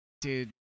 Dude